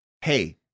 Hey